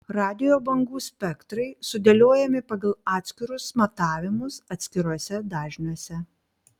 radijo bangų spektrai sudėliojami pagal atskirus matavimus atskiruose dažniuose